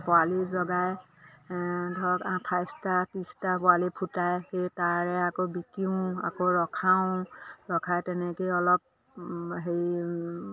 পোৱালি জগাই ধৰক আঠাইছটা ত্ৰিছটা পোৱালি ফুটাই সেই তাৰে আকৌ বিকিওঁ আকৌ ৰখাওঁ ৰখাই তেনেকৈয়ে অলপ হেৰি